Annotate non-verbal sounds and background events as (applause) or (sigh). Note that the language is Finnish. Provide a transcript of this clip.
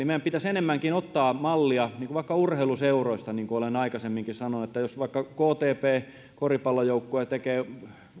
(unintelligible) meidän pitäisi enemmänkin ottaa mallia vaikka urheiluseuroista niin kuin olen aikaisemminkin sanonut jos vaikka ktp koripallojoukkue tekee